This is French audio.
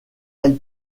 elle